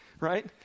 right